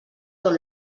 tot